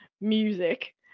music